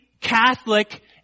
Catholic